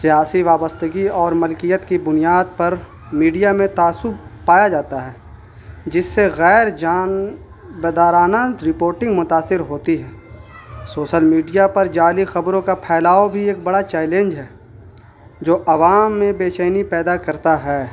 سیاسی وابستگی اور ملکیت کی بنیاد پر میڈیا میں تعصب پایا جاتا ہے جس سے غیر جان بیدارانند رپورٹنگ متاثر ہوتی ہے سوشل میڈیا پر جالی خبروں کا پھیلاؤ بھی ایک بڑا چیلنج ہے جو عوام میں بےچینی پیدا کرتا ہے